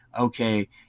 Okay